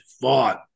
fought